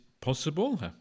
possible